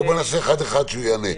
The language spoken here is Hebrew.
אחד אחד הוא יענה.